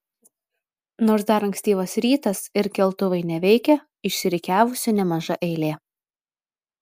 nors dar ankstyvas rytas ir keltuvai neveikia išsirikiavusi nemaža eilė